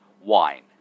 wine